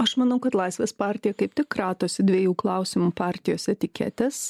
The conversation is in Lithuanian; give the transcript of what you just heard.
aš manau kad laisvės partija kaip tik kratosi dviejų klausimų partijos etiketės